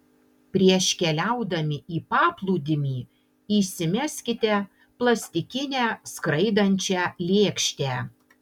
prieš keliaudami į paplūdimį įsimeskite plastikinę skraidančią lėkštę